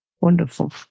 Wonderful